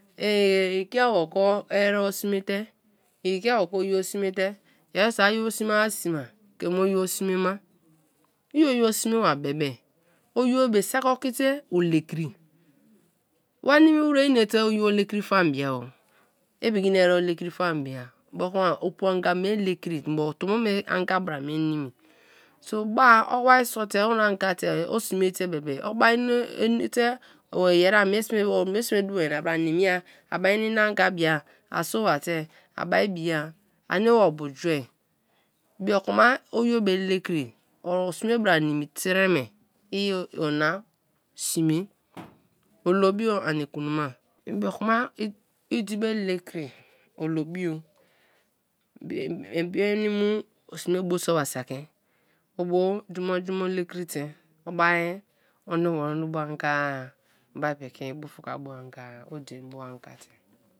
I kiabbo ko erem sene te, i kiabo ko oyibo sme te, yeriso a yio sme-e sme-e ke mu o yio sme ma; i oyio sme ba be be; oyibo be sakiokite ole kri, wa ninu wer wa nete oyio le kri fam bia- o. Ipiki ne orebo lekri fam bra opuanga me lekri mbo tombo me anga bra mie mimi bo ba o waisote ora anga te, sme te bebe oba inete o-yeria mie sme te, o mie sme dumo nyana bra a nimia aba ne na again bia a sobate, a ba bia a neo obu. Ju bioku ma oyio be le kri, o sme bra nimi tre- mei o na sme, olobio ani knoma, ibiokumaidibe le kri olo bio sme bo so ba sa ki o bo jumo jumo lekrite, obio onuwruna anga-a, obai piki bu-fakibu anga-a, odein bu anga te.